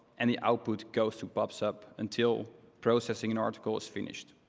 and the output goes to pub sub until processing and article is finished.